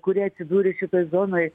kurie atsidūrė šitoj zonoj